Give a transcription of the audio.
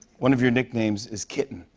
one of your nicknames is kitten.